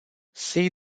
see